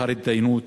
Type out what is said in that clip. לאחר התדיינות